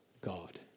God